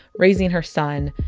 raising her son.